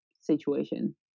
situation